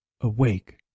Awake